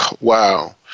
wow